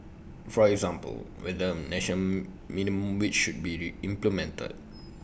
for example whether A national minimum wage should be implemented